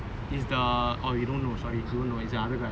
is the eh you don't know sorry is the other guy